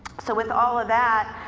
so with all of that,